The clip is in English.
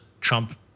Trump